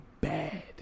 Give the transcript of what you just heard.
bad